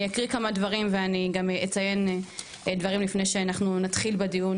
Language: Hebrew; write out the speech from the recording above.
אני אקריא כמה דברים ואני גם אציין דברים לפני שאנחנו נתחיל בדיון,